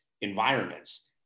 environments